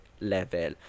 level